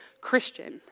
Christian